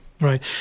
right